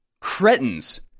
cretins